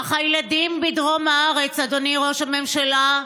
אך הילדים בדרום הארץ, אדוני ראש הממשלה,